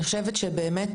אני חושבת שבאמת,